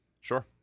Sure